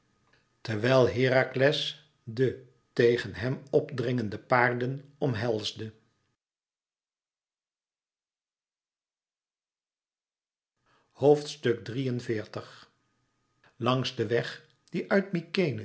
terwijl herakles de tegen hem dringende paarden omhelsde naar boven xxxxiii langs den weg die uit